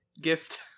gift